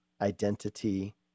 identity